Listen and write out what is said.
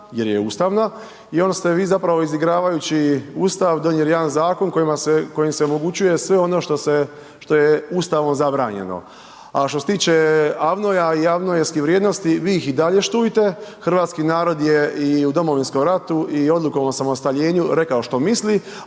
jer je ustavna i onda ste vi zapravo izigravajući Ustav donijeli jedan zakon kojim se omogućuje sve ono što je Ustavom zabranjeno. A što se tiče AVNOJ-a i AVNOJ-skih vrijednosti vi ih i dalje štujte, hrvatski narod je i u Domovinskom ratu i odlukom o osamostaljenju rekao što misli,